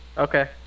Okay